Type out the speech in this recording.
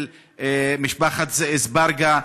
של משפחת אזברגה,